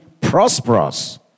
prosperous